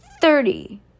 thirty